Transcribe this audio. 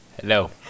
hello